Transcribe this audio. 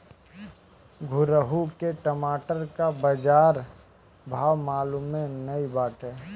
घुरहु के टमाटर कअ बजार भाव मलूमे नाइ बाटे